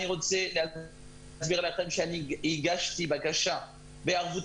אני רוצה להסביר לכם שאני הגשתי בקשה בערבות